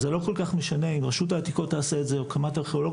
זה לא כל כך משנה אם רשות העתיקות תעשה את זה או קמ"ט ארכיאולוגיה,